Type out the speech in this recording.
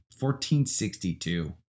$14.62